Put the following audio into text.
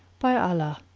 by allah,